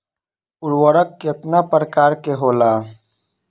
उर्वरक केतना प्रकार के होला?